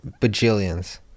Bajillions